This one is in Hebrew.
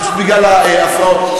בגלל ההפרעות.